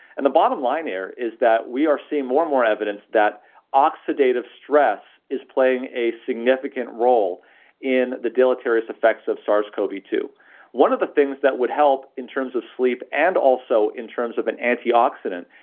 and the bottom line here is that we are seeing more and more evidence that oxidative stress is playing a significant role in the deleterious effects of sars cov two point zero one of the things that would help in terms of sleep, and also in terms of an antioxidant,